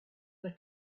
the